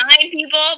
people